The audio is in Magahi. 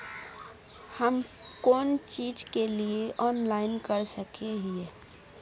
हम कोन चीज के लिए ऑनलाइन कर सके हिये?